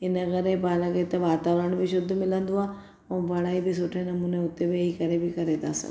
इनकरे पाण खे त वातावरण बि शुद्ध मिलंदो आहे ऐं पढ़ाई बि सुठे नमूने उते वेही करे बि करे था सघूं